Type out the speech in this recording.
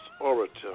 orator